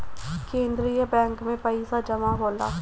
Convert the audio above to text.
केंद्रीय बैंक में पइसा जमा होला